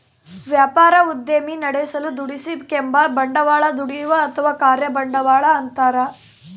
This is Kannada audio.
ವ್ಯಾಪಾರ ಉದ್ದಿಮೆ ನಡೆಸಲು ದುಡಿಸಿಕೆಂಬ ಬಂಡವಾಳ ದುಡಿಯುವ ಅಥವಾ ಕಾರ್ಯ ಬಂಡವಾಳ ಅಂತಾರ